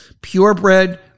purebred